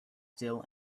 still